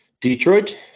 Detroit